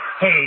Hey